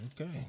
Okay